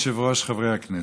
אדוני היושב-ראש, חברי הכנסת,